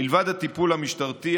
מלבד הטיפול המשטרתי,